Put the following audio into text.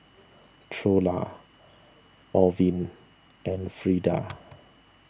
Trula Orvin and Frida